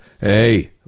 hey